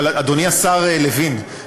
אדוני השר לוין,